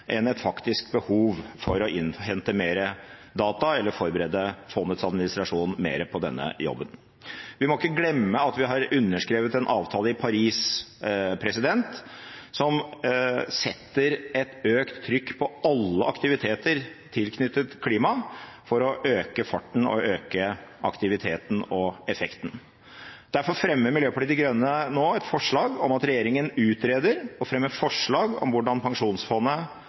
et faktisk behov for å innhente mer data eller forberede fondets administrasjon mer på denne jobben. Vi må ikke glemme at vi har underskrevet en avtale i Paris som setter et økt trykk på alle aktiviteter tilknyttet klima for å øke farten og øke aktiviteten og effekten. Derfor fremmer Miljøpartiet De Grønne nå et forslag om at regjeringen utreder og fremmer forslag om hvordan pensjonsfondet